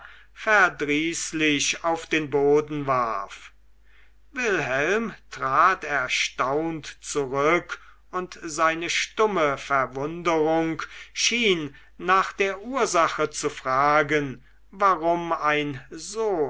verdrießlich auf den boden warf wilhelm trat erstaunt zurück und seine stumme verwunderung schien nach der ursache zu fragen warum ein so